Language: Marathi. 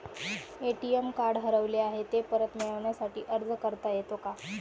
ए.टी.एम कार्ड हरवले आहे, ते परत मिळण्यासाठी अर्ज करता येतो का?